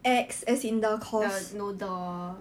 the no the